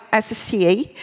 SCA